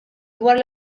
dwar